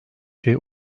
şey